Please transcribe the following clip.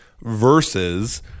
versus